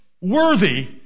worthy